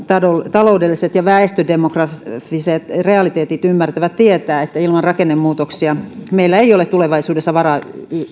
taloudelliset ja väestödemografiset realiteetit ymmärtävä tietää että ilman rakennemuutoksia meillä ei ole tulevaisuudessa varaa